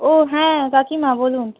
ও হ্যাঁ কাকিমা বলুন